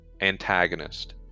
antagonist